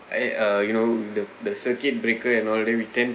I uh you know the the circuit breaker and all that we can't